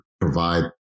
provide